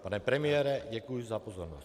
Pane premiére, děkuji za pozornost.